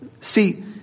See